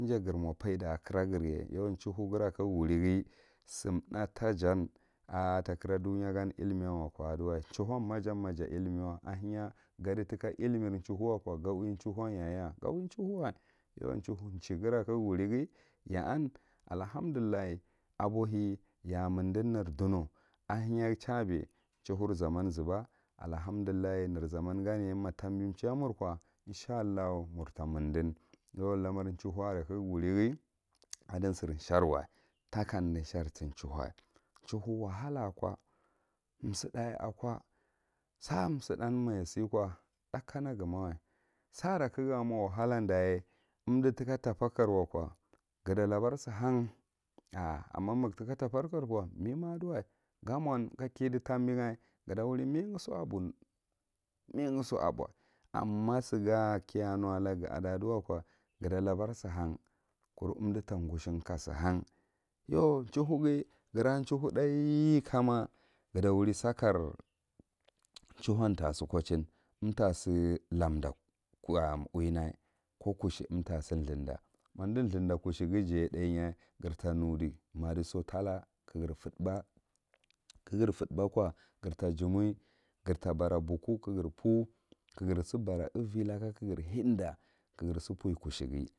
Inja fir mo faida a kiragirye yau chauhu gira ka ga wurighi sim tha’ ta jan ar ta kira duya gan ilumiyan wako aduwa, chauchun ma jan ma ja allumi wa, a henya ga ditka illumi wake ga uwi ehauhum yayeya ga uwi hauchuwa, yau chigira ka ga wurighi ya an allaahamdullah. Abole ya a mir dirs. Ner douno ahenghi ehabe ehauhur zaman zuba allahamdullah ner zaman ganye ma tambi chiyya mur ko inshaallahu murtamim dinin yau lamar chauhu are ka ga wurighi adi sir shariwa ta kamdi shary ti chauhu, chauhu wahala a ko suɗɗa a ko sa suɗɗhagh ma ja siye ko tha ka na ga ma wa, sara ka ga mo wahala ɗaye unda tika tafakkra wako ga ta labar si han a amma ma ga tika tapakarko mima aɗiwa, ga mon ga kidi tambia ga ta wuni megaso a bou, migaso a bou amma sighi ki a nu atagu adaduwako ga ta labar sihan kuru umdu ta gushin ka sihan yau hauhughi gira chauhu thaye kama ga ta wuri sakar chauhun ta siko chin umta si landa uwna ko kushe umta sithgda ma umdi thayda kushe ghi jay eke th’aya gir ta nudi maduso tala ka gir fedbaka gir fedba ko gr ta jumoi gir ta bara bokku ka gire pur ka gire sibara unvi laka ka gir hedda ka gir sipuy kusheghi.